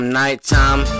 nighttime